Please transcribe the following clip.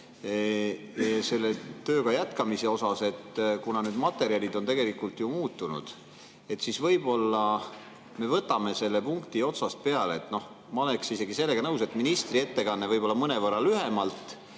selle tööga jätkamise kohta. Kuna nüüd materjalid on ju muutunud, siis võib-olla me võtame selle punkti otsast peale. Ma oleksin sellega nõus, et ministri ettekanne võib olla mõnevõrra lühem,